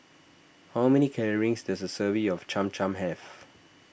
how many calories does a serving of Cham Cham have